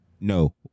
no